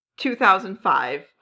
2005